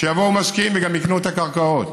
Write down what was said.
שיבואו משקיעים וגם יקנו את הקרקעות,